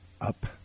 up